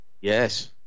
Yes